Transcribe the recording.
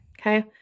Okay